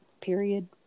period